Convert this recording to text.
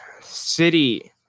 City